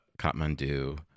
Kathmandu